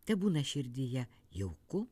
tebūna širdyje jauku